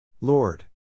Lord